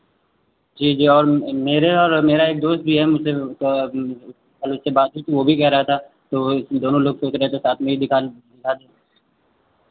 जी जी और मेरे और मेरा एक दोस्त भी है मुझसे थोड़ा कल उससे बात हुई थी वो भी कह रहा था दोनो लोग सोच रहे थे साथ में ही निकाल साथ